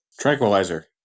Tranquilizer